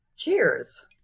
Cheers